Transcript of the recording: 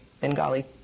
Bengali